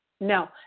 No